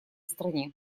стране